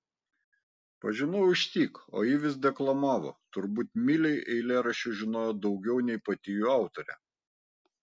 pažinau išsyk o ji vis deklamavo turbūt milei eilėraščių žinojo daugiau nei pati jų autorė